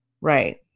Right